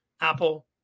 Apple